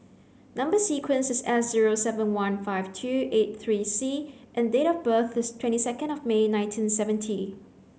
number sequence is S zero seven one five two eight three C and date of birth is twenty second of May nineteen seventy